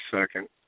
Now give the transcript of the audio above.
second